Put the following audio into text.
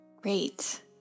Great